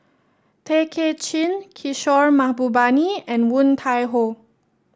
Tay Kay Chin Kishore Mahbubani and Woon Tai Ho